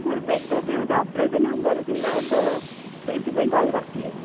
ମୋର ପେଟରେ ଗୋଟେ ଅପରେସନ୍ ହେବାର ଥିଲା ତ ସେଥିପାଇଁ କଲ୍ କରିଥିଲି